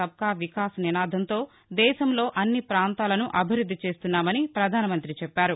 సబ్కా వికాస్ నినాదంతో దేశంలో అన్ని పాంతాలను అభివృద్ధి చేస్తున్నామని పధానమంతి చెప్పారు